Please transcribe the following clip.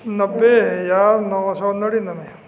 ਨੱਬੇ ਹਜ਼ਾਰ ਨੌ ਸੌ ਨੜਿਨਵੇਂ